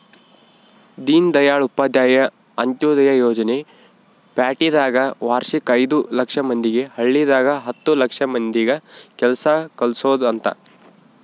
ದೀನ್ದಯಾಳ್ ಉಪಾಧ್ಯಾಯ ಅಂತ್ಯೋದಯ ಯೋಜನೆ ಪ್ಯಾಟಿದಾಗ ವರ್ಷಕ್ ಐದು ಲಕ್ಷ ಮಂದಿಗೆ ಹಳ್ಳಿದಾಗ ಹತ್ತು ಲಕ್ಷ ಮಂದಿಗ ಕೆಲ್ಸ ಕಲ್ಸೊದ್ ಅಂತ